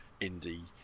indie